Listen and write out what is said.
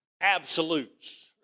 absolutes